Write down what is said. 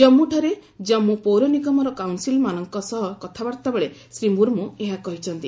ଜନ୍ମୁଠାରେ ଜନ୍ମୁ ପୌର ନିଗମର କାଉନ୍ସିଲ୍ମାନଙ୍କ ସହ କଥାବାର୍ଭାବେଳେ ଶ୍ରୀ ମୁର୍ମୁ ଏହା କହିଛନ୍ତି